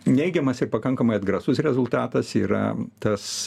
neigiamas ir pakankamai atgrasus rezultatas yra tas